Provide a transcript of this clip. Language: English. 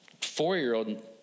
four-year-old